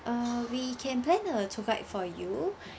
uh we can plan a tour guide for you